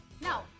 No